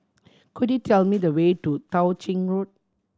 could you tell me the way to Tao Ching Road